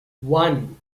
one